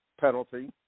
penalty